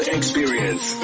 Experience